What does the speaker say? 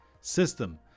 system